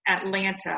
Atlanta